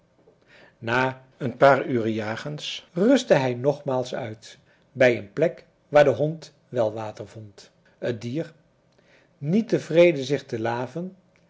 na een paar uren jagens rustte hij nogmaals uit bij een plek waar de hond welwater vond het dier niet tevreden zich te laven